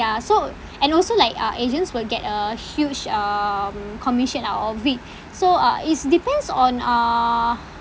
ya so and also like uh agents will get a huge um commission out of it so uh it's depends on uh